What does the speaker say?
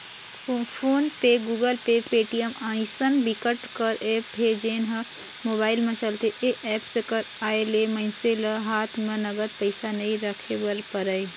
phone पे, Google Pay, Paytm अइसन बिकट कर ऐप हे जेन ह मोबाईल म चलथे ए एप्स कर आए ले मइनसे ल हात म नगद पइसा नइ राखे बर परय